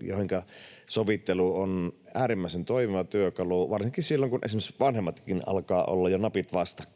joihinka sovittelu on äärimmäisen toimiva työkalu. Varsinkin silloin, kun esimerkiksi vanhemmatkin alkavat olla jo napit vastakkain,